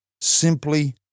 simply